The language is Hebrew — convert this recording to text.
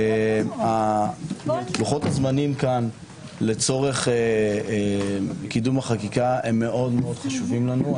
איל לוחות הזמנים פה לצורך קידום החקיקה מאוד חשובים לנו.